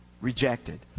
rejected